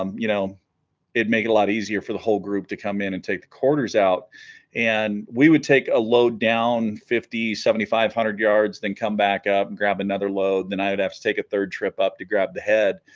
um you know it'd make it a lot easier for the whole group to come in and take the quarters out and we would take a load down fifty seventy five hundred yards then come back up and grab another load then i would have to take a third trip up to grab the head